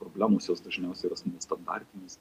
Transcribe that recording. problemos jos dažniausiai yra nestandartinės